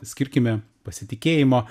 skirkime pasitikėjimo